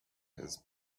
his